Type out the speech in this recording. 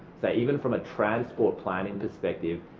so even from a transport planning perspective,